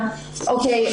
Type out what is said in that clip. בבקשה.